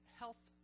health